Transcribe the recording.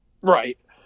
Right